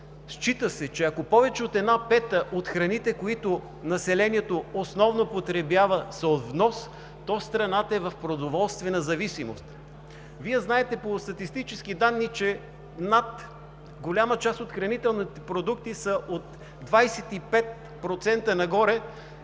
счита, че ако повече от една пета от храните, които населението основно потребява, са от внос, то страната е в продоволствена зависимост. Вие знаете по статистически данни, че голяма част от хранителните продукти са от 25% нагоре,